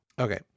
Okay